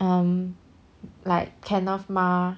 um like kenneth ma